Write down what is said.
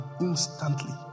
instantly